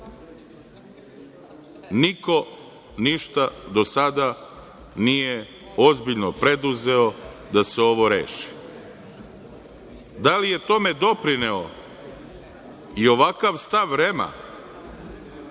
ništa do sada nije ozbiljno preduzeo da se ovo reši. Da li je tome doprineo i ovakav stav REM?